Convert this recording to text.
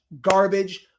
Garbage